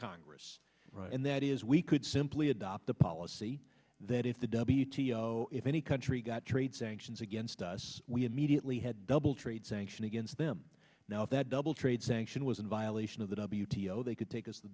congress and that is we could simply adopt the policy that if the w t if any country got trade sanctions against us we immediately had double trade sanction against them now that double trade sanction was in violation of the w t o they could take